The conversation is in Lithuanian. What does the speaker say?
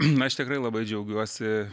na aš tikrai labai džiaugiuosi